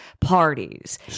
parties